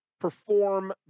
perform